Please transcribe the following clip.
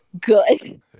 good